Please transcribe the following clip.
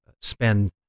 spend